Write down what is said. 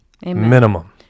Minimum